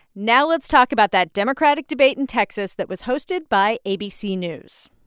now let's talk about that democratic debate in texas that was hosted by abc news